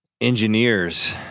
engineers